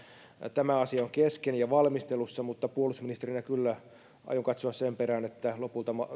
tämä asia on kesken ja valmistelussa mutta puolustusministerinä kyllä aion katsoa sen perään että lopulta